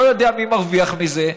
לא יודע מי מרוויח מזה,